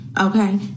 Okay